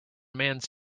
mans